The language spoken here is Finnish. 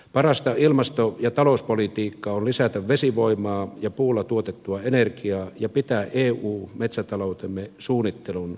parasta ilmasto ja talouspolitiikkaa on lisätä vesivoimaa ja puulla tuotettua energiaa ja pitää eu metsätaloutemme suunnittelun ulkopuolella